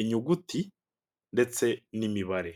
inyuguti ndetse n'imibare.